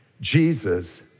Jesus